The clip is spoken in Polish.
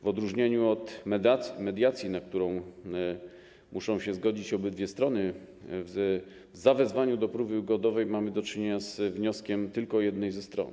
W odróżnieniu od mediacji, na którą muszą się zgodzić obydwie strony, w zawezwaniu do próby ugodowej mamy do czynienia z wnioskiem tylko jednej ze stron.